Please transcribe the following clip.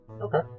Okay